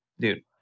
Dude